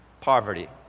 Poverty